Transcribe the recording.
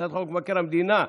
הצעת חוק מבקר המדינה,